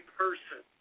person